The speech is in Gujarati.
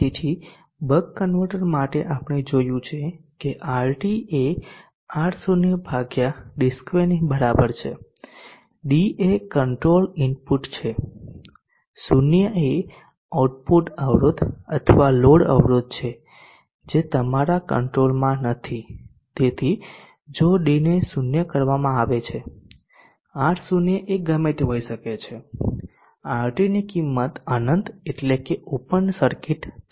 તેથી બક કન્વર્ટર માટે આપણે જોયું છે કે RT એ R0 d2ની બરાબર છે d એ કંટ્રોલ ઇનપુટ છે R0 એ આઉટપુટ અવરોધ અથવા લોડ અવરોધ છે જે તમારા કંટ્રોલમાં નથી તેથી જો d ને 0 કરવામાં આવે છે R0 એ ગમેતે હોઈ શકે છે RT ની કિંમત અનંત એટલે કે ઓપન સર્કિટ થશે